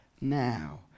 now